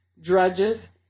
Drudges